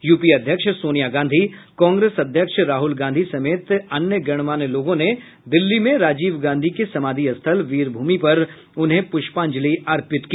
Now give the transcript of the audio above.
UPA अध्यक्ष सोनिया गांधी कांग्रेस अध्यक्ष राहुल गांधी समेत अन्य गणमान्य लोगों ने दिल्ली में राजीव गांधी के समाधि स्थल वीर भूमि पर उन्हें पुष्पांजलि अर्पित की